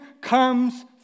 comes